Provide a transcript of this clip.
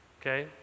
okay